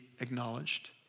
acknowledged